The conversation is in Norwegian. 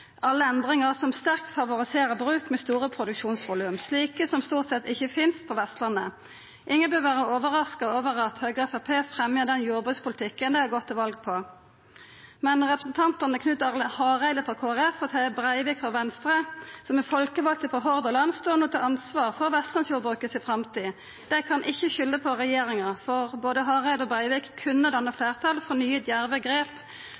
alle endringar som sterkt favoriserer bruk med store produksjonsvolum, slike som stort sett ikkje finst på Vestlandet. Ingen bør vera overraska over at Høgre og Framstegspartiet fremjar den jordbrukspolitikken dei har gått til val på. Men representantane Knut Arild Hareide frå Kristeleg Folkeparti og Terje Breivik frå Venstre, som er folkevalde frå Hordaland, står no til ansvar for vestlandsjordbruket si framtid. Dei kan ikkje skulda på regjeringa, for både Hareide og Breivik kunne